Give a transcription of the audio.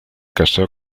casó